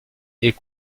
est